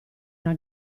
una